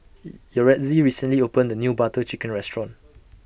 Yaretzi recently opened A New Butter Chicken Restaurant